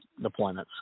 deployments